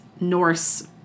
Norse